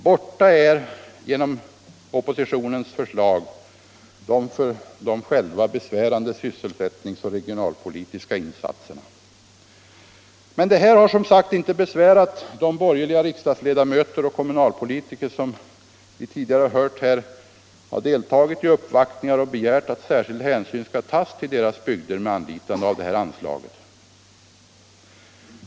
Borta är genom oppositionens förslag de för oppositionen besvärande sysselsättningsoch regionalpolitiska insatserna. Det har dock inte besvärat de borgerliga riksdagsledamöter och kommunalpolitiker, som enligt vad vi hört deltagit i uppvaktningar och begärt att särskild hänsyn skall tas till deras bygder med anlitande av det här anslaget.